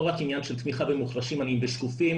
רק עניין של תמיכה במוחלשים עניים ושקופים,